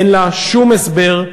אין לה שום הסבר.